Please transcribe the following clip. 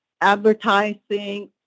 advertising